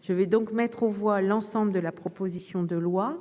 Je vais donc mettre aux voix l'ensemble de la proposition de loi.